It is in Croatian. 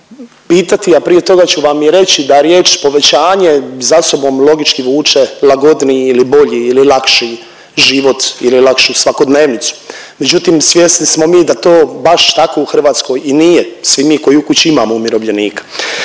a prije toga ću vam i reći da riječ povećanje za sobom, logički više lagodniji ili bolji ili lakši život ili lakšu svakodnevnicu, međutim, svjesni smo mi da to baš tako u Hrvatskoj nije svi mi koji u kući imamo umirovljenika